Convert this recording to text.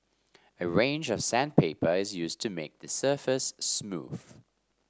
a range of sandpaper is used to make the surface smooth